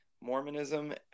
Mormonism